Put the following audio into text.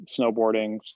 snowboarding